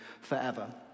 forever